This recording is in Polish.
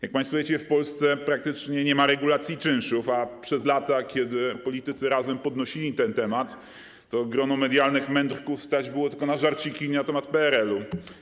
Jak państwo wiecie, w Polsce praktycznie nie ma regulacji czynszów, a przez lata, kiedy politycy Razem podnosili ten temat, grono medialnych mędrków stać było tylko na żarciki na temat PRL-u.